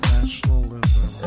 Nationalism